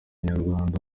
inyarwanda